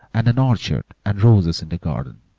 and an orchard, and roses in the yard.